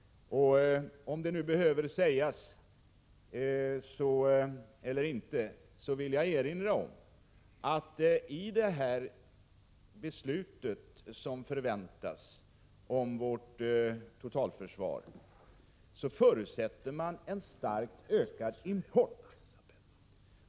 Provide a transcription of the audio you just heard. Oavsett om det nu behöver sägas eller inte vill jag erinra om att i det beslut som förväntas om vårt totalförsvar förutsätts en starkt ökad import.